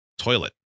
toilet